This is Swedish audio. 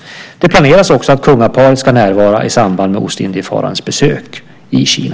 Det planeras också att kungaparet ska närvara i samband med Ostindiefararens besök i Kina.